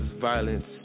violence